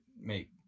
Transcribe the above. make